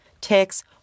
ticks